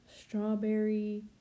strawberry